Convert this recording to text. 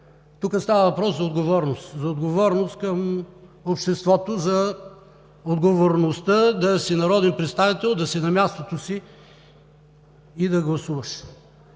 Тук става въпрос за отговорност – за отговорността към обществото, за отговорността да си народен представител, да си на мястото си и да гласуваш.